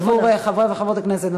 עבור חברי וחברות הכנסת.